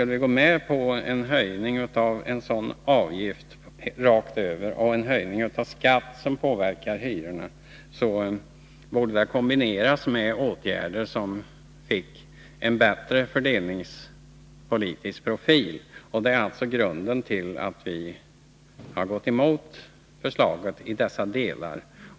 En höjning av en avgift som slår rakt över och en höjning av en skatt som påverkar hyrorna borde kombineras med åtgärder som ger en bättre fördelningspolitisk profil. Det är grunden till att vi har gått emot förslagen i dessa delar.